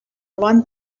want